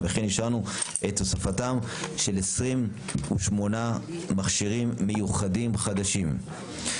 וכן אישרנו את הוספתם של 28 מכשירים מיוחדים חדשים.